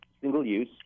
single-use